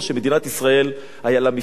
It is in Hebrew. היה לה מפעל לייהוד הגליל,